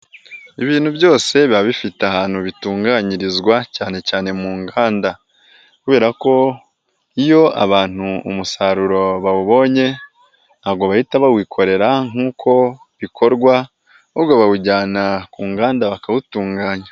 Ibintu byose biba bifite ahantu bitunganyirizwa cyane cyane mu nganda, kubera ko iyo abantu umusaruro bawubonye ntabwo bahita bawikorera nk'uko bikorwa, ahubwo bawujyana ku nganda bakawutunganya.